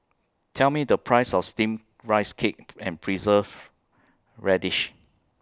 Tell Me The Price of Steamed Rice Cake and Preserved Radish